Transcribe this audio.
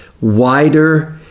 wider